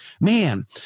man